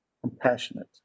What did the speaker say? compassionate